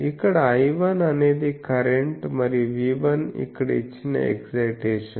ఇక్కడ I1 అనేది current మరియు V 1 ఇక్కడ ఇచ్చిన ఎక్సయిటేషన్